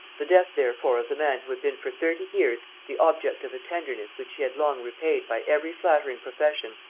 the death therefore of the man who had been for thirty years the object of a tenderness which he had long repaid by every flattering profession,